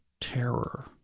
terror